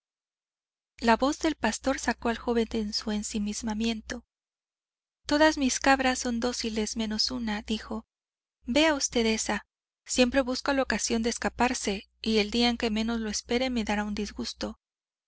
la voz del pastor sacó al joven de su ensimismamiento todas mis cabras son dóciles menos una dijo vea usted esa siempre busca la ocasión de escaparse y el día en que menos lo espere me dará un disgusto